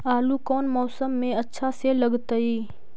आलू कौन मौसम में अच्छा से लगतैई?